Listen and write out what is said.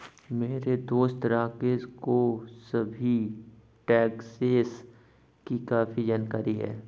मेरे दोस्त राकेश को सभी टैक्सेस की काफी जानकारी है